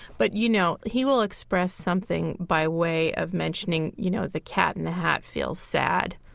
but, you know, he will express something by way of mentioning, you know the cat in the hat feels sad.